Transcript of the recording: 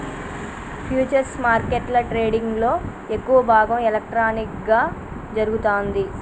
futures మార్కెట్ల ట్రేడింగ్లో ఎక్కువ భాగం ఎలక్ట్రానిక్గా జరుగుతాంది